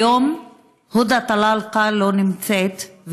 כיום הודא אלטלאלקה לא נמצאת,